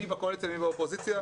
מי בקואליציה ומי באופוזיציה,